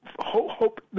Hope